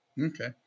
Okay